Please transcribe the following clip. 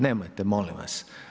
Nemojte molim vas!